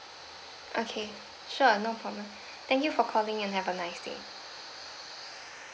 okay sure no problem thank you for calling and have a nice day